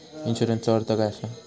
इन्शुरन्सचो अर्थ काय असा?